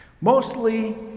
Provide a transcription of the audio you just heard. Mostly